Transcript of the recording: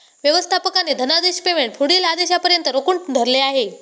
व्यवस्थापकाने धनादेश पेमेंट पुढील आदेशापर्यंत रोखून धरले आहे